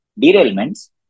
derailments